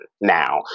now